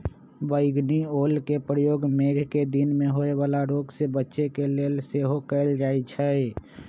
बइगनि ओलके प्रयोग मेघकें दिन में होय वला रोग से बच्चे के लेल सेहो कएल जाइ छइ